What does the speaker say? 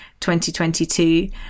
2022